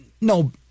no